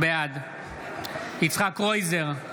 בעד יצחק קרויזר,